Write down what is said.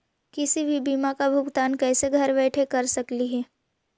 किसी भी बीमा का भुगतान कैसे घर बैठे कैसे कर स्कली ही?